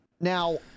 Now